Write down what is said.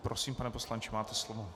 Prosím, pane poslanče, máte slovo.